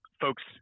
folks